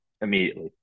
immediately